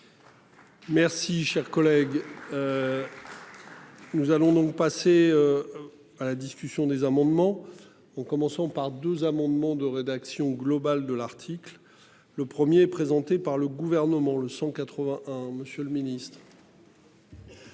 Merci cher collègue. Nous allons donc passer. À la discussion des amendements ont commençons par deux amendements de rédaction globale de l'article. Le 1er présentée par le gouvernement le 181. Monsieur le Ministre.